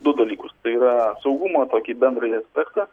du dalykus tai yra saugumo tokį bendrąjį aspektą